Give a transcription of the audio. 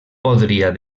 podria